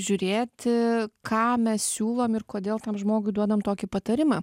žiūrėti ką mes siūlom ir kodėl tam žmogui duodam tokį patarimą